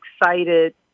excited